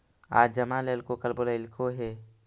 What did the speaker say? आज जमा लेलको कल बोलैलको हे?